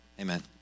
Amen